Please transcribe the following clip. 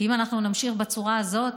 כי אם אנחנו נמשיך בצורה הזאת,